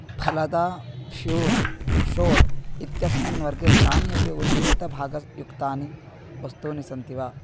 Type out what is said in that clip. फ़लदा श्यूर् शोर् इत्यस्मिन् वर्गे कानि अपि उद्धृतभागयुक्तानि वस्तूनि सन्ति वा